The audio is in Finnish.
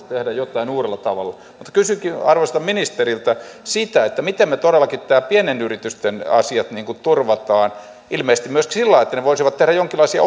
tehdä jotain uudella tavalla kysynkin arvoisalta ministeriltä sitä miten me todellakin pienten yritysten asiat turvaamme ilmeisesti myöskin sillä lailla että ne voisivat tehdä jonkinlaisia